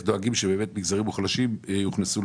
אנחנו יודעים שהערך הצבור, כנראה לקראת